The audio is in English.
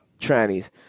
trannies